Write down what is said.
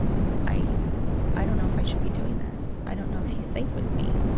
i i don't know if i should be doing this. i don't know if he's safe with me.